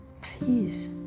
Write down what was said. Please